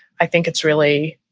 i think it's really,